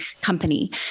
company